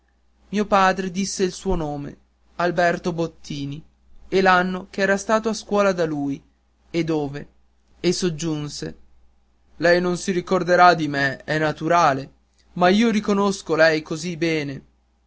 mio padre disse il suo nome alberto bottini e l'anno che era stato a scuola da lui e dove e soggiunse lei non si ricorderà di me è naturale ma io riconosco lei così bene